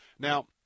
Now